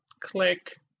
click